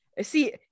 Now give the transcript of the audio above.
See